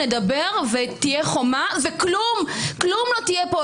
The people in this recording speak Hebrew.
נדבר אבל תהיה חומה וכלום לא יהיה כאן,